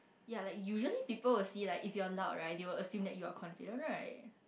ya like usually people will see like if you're loud right they will assume that you are confident right